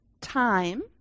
time